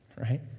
Right